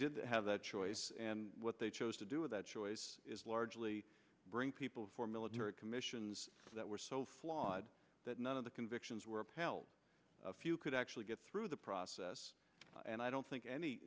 did have that choice and what they chose to do with that choice is largely bring people for military commissions that were so flawed that none of the convictions were upheld a few could actually get through the process and i don't think any